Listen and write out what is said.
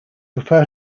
refer